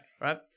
right